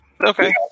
Okay